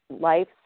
life